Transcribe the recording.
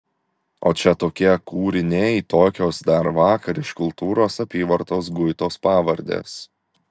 o čia tokie kūriniai tokios dar vakar iš kultūros apyvartos guitos pavardės